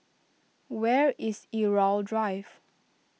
where is Irau Drive